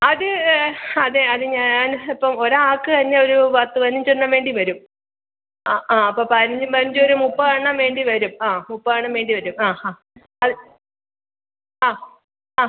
അത് അതെ അത് ഞാൻ ഇപ്പം ഒരാൾക്ക് തന്നെ ഒരു പത്ത് പതിനഞ്ചെണ്ണം വേണ്ടി വരും ആ ആ അപ്പോൾ പതിനഞ്ചും പതിനഞ്ചും ഒരു മുപ്പതെണ്ണം വേണ്ടി വരും ആ മുപ്പതെണ്ണം വേണ്ടി വരും ആ ഹാ അത് ആ ആ